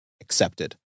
accepted